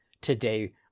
today